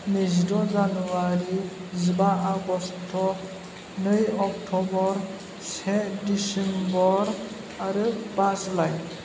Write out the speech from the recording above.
नैजिद' जानुवारि जिबा आगस्ट' नै अक्ट'बर से दिसेम्बर आरो बा जुलाई